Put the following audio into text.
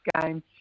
game